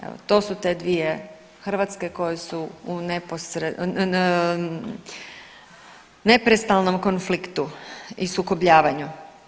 Evo to su te dvije Hrvatske koje su u neprestanom konfliktu i sukobljavanju.